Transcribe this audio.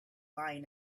lying